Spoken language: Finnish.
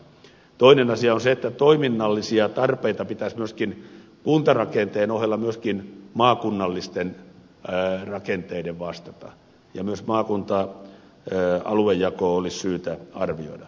toinen asia on se että toiminnallisia tarpeita pitäisi kuntarakenteen ohella myöskin maakunnallisten rakenteiden vastata ja myös maakunta aluejako olisi syytä arvioida